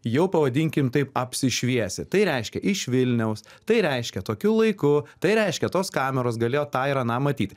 jau pavadinkim taip apsišviesi tai reiškia iš vilniaus tai reiškia tokiu laiku tai reiškia tos kameros galėjo tą ir aną matyt